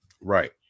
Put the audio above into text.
Right